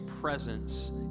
presence